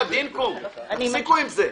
בחיאת דינכום, תפסיקו עם זה.